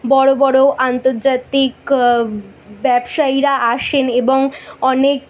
বড় বড় আন্তর্জাতিক ব্যবসায়ীরা আসেন এবং অনেক